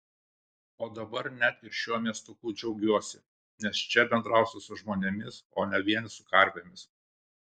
o dabar net ir šiuo miestuku džiaugiuosi nes čia bendrausiu su žmonėmis o ne vien su karvėmis